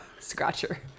scratcher